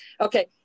Okay